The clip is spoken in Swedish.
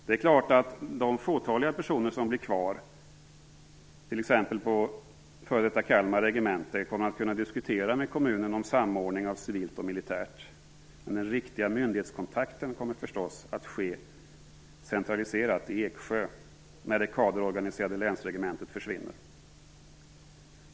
Det är klart att de fåtaliga personer som blir kvar, t.ex. på det f.d. Kalmar regemente, kommer att kunna diskutera med kommunen om samordning av civilt och militärt, men den riktiga myndighetskontakten kommer naturligtvis att ske centraliserat, i Eksjö, när det kaderorganiserade länsregementet försvinner.